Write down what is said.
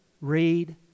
read